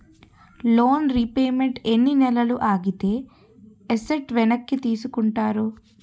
Loan repayment ఎన్ని నెలలు ఆగితే ఎసట్ వెనక్కి తీసుకుంటారు?